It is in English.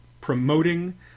promoting